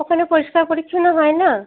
ওখানে পরিষ্কার পরিচ্ছন্ন হয় না